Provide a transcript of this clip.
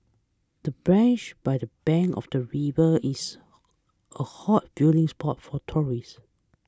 the branch by the bank of the river is a hot viewing spot for tourists